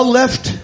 left